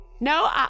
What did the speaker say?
No